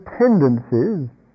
tendencies